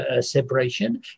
separation